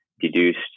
deduced